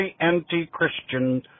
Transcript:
anti-Christian